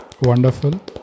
Wonderful